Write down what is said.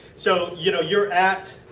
so, you know you are at.